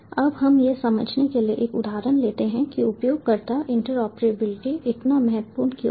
अब हम यह समझने के लिए एक उदाहरण लेते हैं कि उपयोगकर्ता इंटरऑपरेबिलिटी इतना महत्वपूर्ण क्यों है